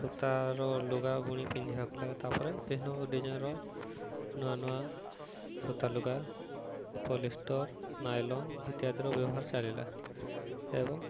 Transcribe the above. ସୂତାର ଲୁଗା ବୁଣି ପିନ୍ଧିବାକୁ ଲାଗେ ତା'ପରେ ବିଭିନ୍ନ ଡିଜାଇନର ନୂଆ ନୂଆ ସୂତା ଲୁଗା ପଲିଷ୍ଟର ନାଇଲନ୍ ଇତ୍ୟାଦିର ବ୍ୟବହାର ଚାଲିଲା ଏବଂ